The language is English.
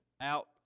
out